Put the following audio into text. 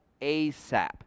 ASAP